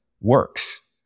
works